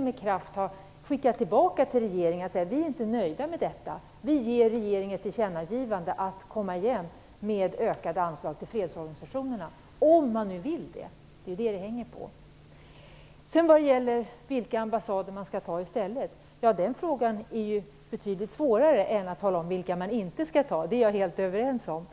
med kraft borde ha skickat tillbaka den till regeringen och sagt: Vi är inte nöjda med detta. Vi ger regeringen ett tillkännagivande, att komma igen med ökade anslag till fredsorganisationerna, om man nu vill det. Det är detta det hänger på. Vilka ambassader skall man ta i stället? Ja, den frågan är betydligt svårare än att tala om vilka man inte skall ta. Det är vi helt överens om.